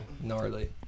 gnarly